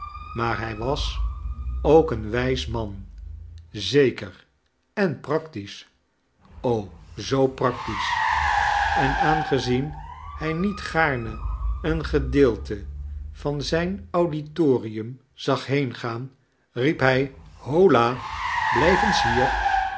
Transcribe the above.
maar hij was ook een wijs man zeker en practisch o zoo practisch en aangezien hij niet gaarne een gedeelte van zijn auditorium zag heengaan riep hij hola blijf eens hier